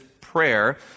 prayer